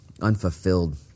unfulfilled